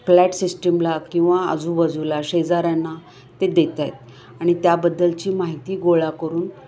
flat सिस्टीमला किंवा आजूबाजूला शेजाऱ्यांना ते देतायत आणि त्याबद्दलची माहिती गोळा करून